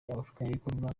abafatanyabikorwa